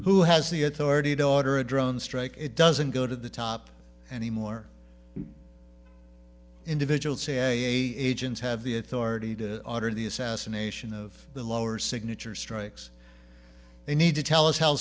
who has the authority to order a drone strike it doesn't go to the top anymore individual cia agents have the authority to order the assassination of the lower signature strikes they need to tell us how